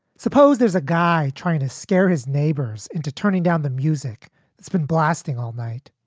suppose there's a guy trying to scare his neighbors into turning down the music that's been blasting all night.